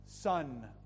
son